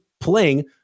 playing